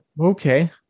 Okay